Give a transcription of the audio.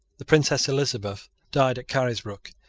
the princess elizabeth died at carisbrook,